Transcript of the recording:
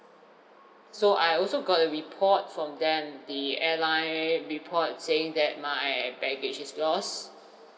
so I also got a report from them the airline report saying that my baggage is lost